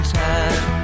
time